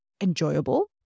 enjoyable